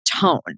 tone